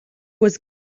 was